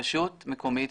רשות מקומית,